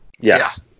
Yes